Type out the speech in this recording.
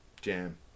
Jam